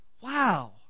Wow